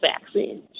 vaccines